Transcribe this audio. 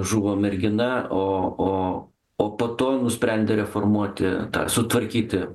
žuvo mergina o o o po to nusprendė reformuoti tą sutvarkyti